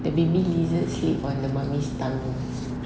the baby lizard sleep on the mummy's tummy